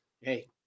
Hey